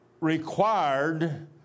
required